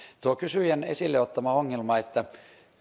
tuo kysyjän esille ottama ongelma että